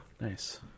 Nice